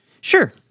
Sure